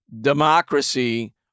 democracy